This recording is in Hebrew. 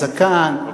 הזקן,